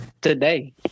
today